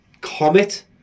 Comet